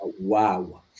Wow